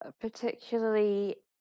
particularly